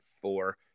four